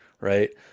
right